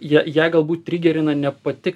ją ją galbūt trigerina ne pati